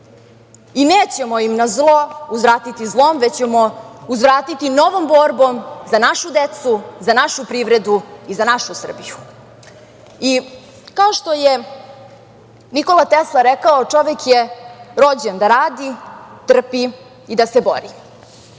i nećemo im na zlo uzvratiti zlom, već ćemo uzvratiti novom borbom za našu decu, za našu privredu i za našu Srbiju. Kao što je Nikola Tesla rekao - čovek je rođen da radi, trpi i da se bori.